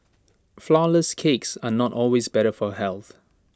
Flourless Cakes are not always better for health